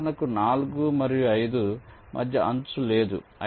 ఉదాహరణకు 4 మరియు 5 మధ్య అంచు లేదు